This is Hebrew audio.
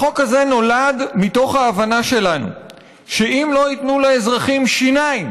החוק הזה נולד מתוך ההבנה שלנו שאם לא ייתנו לאזרחים שיניים